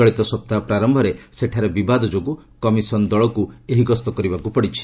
ଚଳିତ ସପ୍ତାହ ପ୍ରାରମ୍ଭରେ ସେଠାରେ ବିବାଦ ଯୋଗୁଁ କମିଶନ୍ ଦଳକୁ ଏହି ଗସ୍ତ କରିବାକୁ ପଡ଼ିଛି